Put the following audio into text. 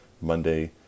Monday